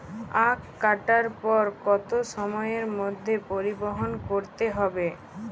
আখ কাটার পর কত সময়ের মধ্যে পরিবহন করতে হবে?